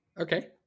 Okay